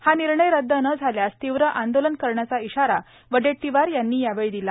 हा निर्णय रदुद न झाल्यास तीव्र आंदोलन करण्याचा इशारा वडेट्टीवार यांनी दिला